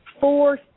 four